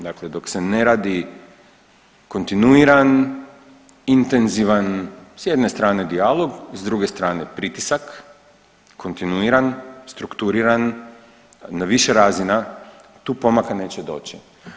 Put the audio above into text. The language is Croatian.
Dakle, dok se ne radi kontinuiran, intenzivan s jedne strane dijalog, s druge strane pritisak kontinuiran, strukturiran, na više razina tu pomaka neće doći.